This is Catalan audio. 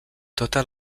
totes